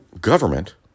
government